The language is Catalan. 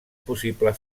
possible